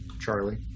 Charlie